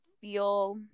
feel